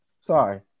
Sorry